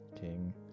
King